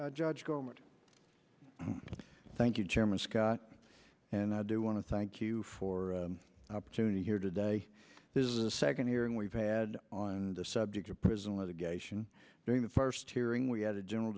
judge gohmert thank you chairman scot and i do want to thank you for opportunity here today is the second hearing we've had on the subject of prison litigation during the first hearing we had a general